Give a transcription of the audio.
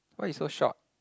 why you so short